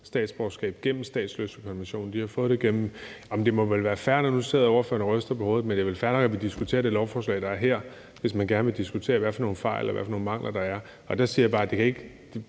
statsborgerskab gennem statsløsekonventionen. Nu sidder hr. Mikkel Bjørn og ryster på hovedet, men det må vel være fair nok, at vi diskuterer det lovforslag, der er her, hvis man gerne vil diskutere, hvad for nogle fejl og mangler, der er. Og der siger jeg bare, at det jo ikke